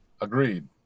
Agreed